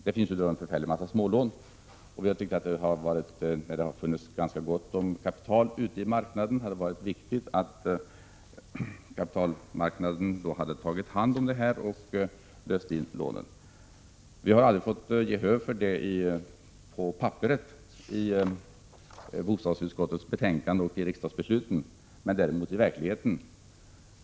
Det finns en förfärlig massa smålån. Det har nu funnits gott om kapital i den öppna marknaden och det hade varit riktigt att kapitalmarknaden löst in dessa lån. Vi har aldrig fått gehör för detta på papperet i bostadsutskottets betänkande eller i riksdagsbeslut, däremot i verkligheten.